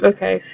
Okay